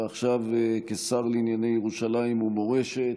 ועכשיו כשר לענייני ירושלים ומורשת,